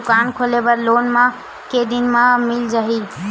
दुकान खोले बर लोन मा के दिन मा मिल जाही?